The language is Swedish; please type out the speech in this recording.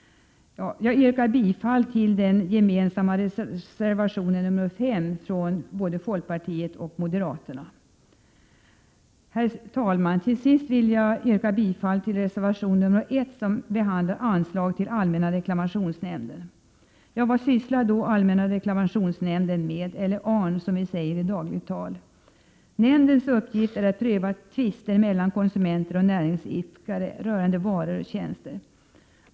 Jag yrkar bifall till den gemensamma reservationen 5 från folkpartiet och moderaterna. Herr talman! Till sist vill jag yrka bifall till reservation 1, som behandlar anslag till allmänna reklamationsnämnden. Vad sysslar då allmänna reklamationsnämnden med, eller ARN som vi 13 säger i dagligt tal? Nämndens uppgift är att pröva tvister mellan konsumenter och näringsidkare rörande varor och tjänster.